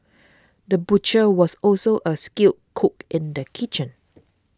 the butcher was also a skilled cook in the kitchen